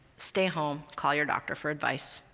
stay home, call your doctor for advice.